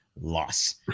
loss